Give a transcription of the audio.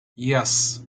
yes